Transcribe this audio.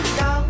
go